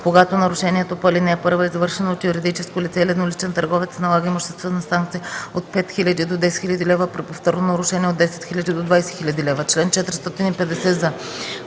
Когато нарушението по ал. 1 е извършено от юридическо лице или едноличен търговец, се налага имуществена санкция от 5000 до 10 000 лв., а при повторно нарушение – от 10 000 до 20 000 лв. Чл. 450з.